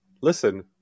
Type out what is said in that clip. listen